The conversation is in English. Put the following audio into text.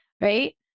right